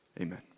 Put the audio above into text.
Amen